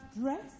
dress